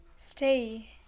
stay